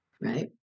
right